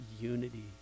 unity